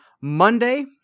monday